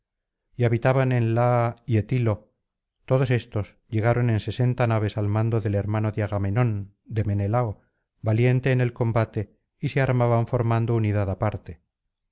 y habitaban en laa y etilo todos estos llegaron en sesenta naves al mando del hermano de agamenón de menelao valiente en el combate y se armaban formando unidad aparte